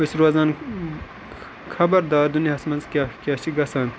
أسۍ روزان خبردار دُنیاہَس منٛز کیٛاہ کیٛاہ چھِ گژھان